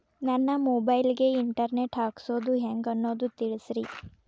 ನನ್ನ ಮೊಬೈಲ್ ಗೆ internet ಹಾಕ್ಸೋದು ಹೆಂಗ್ ಅನ್ನೋದು ತಿಳಸ್ರಿ